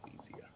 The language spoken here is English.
easier